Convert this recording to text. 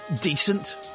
decent